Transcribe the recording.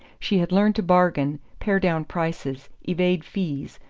she had learned to bargain, pare down prices, evade fees,